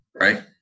Right